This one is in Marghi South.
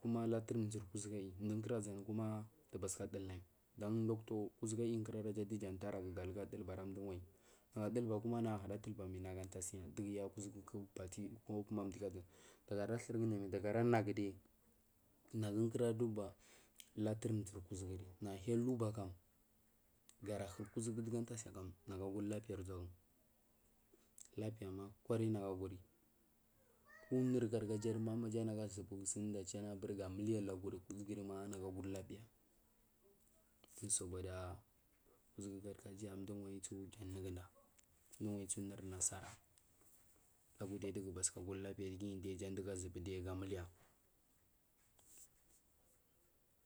kuma laturi bʒuri kuʒufu aiyi mdgeke kuma naga bahaka ga dulnayi to kuʒugu aiyi kura raja dija tarang gara dulba ara mduwanyi magu adulba kuma ga tasiya kuku bati dagara thur dagara nagu dau nagugu kura duba laturi bʒuri nagu hya luba kam yara hukuʒugu naguguri lapiya kura uʒagu lapiyama kurai nagu guri ku unuri gargajama gaʒubu sun ɗuɗu achirun burgamiliya kuʒugama nagu aguri soboɗa kugugu gargaja mduwanyi tsu uwanyi tsu unu nasara lagudi dugu bathuka lapiyakurda jandiya aʒubudu ga muliya.